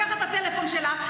לקחת את הטלפון שלה,